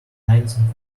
nineteen